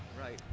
right